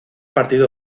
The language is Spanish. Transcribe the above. partido